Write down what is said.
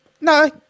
no